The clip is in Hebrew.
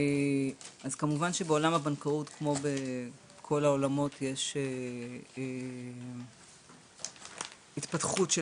כמובן שבעולם הבנקאות כמו בכל העולמות יש התפתחות של